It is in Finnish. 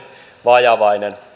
vajavainen